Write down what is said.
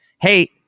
hey